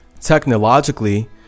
technologically